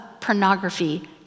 pornography